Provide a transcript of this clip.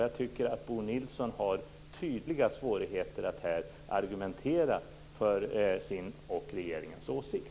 Jag tycker att Bo Nilsson har tydliga svårigheter att här argumentera för sin och regeringens åsikt.